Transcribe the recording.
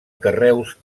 carreus